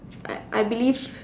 I I believe